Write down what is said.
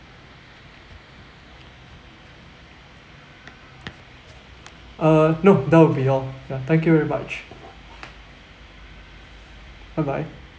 uh no that will be all ya thank you very much bye bye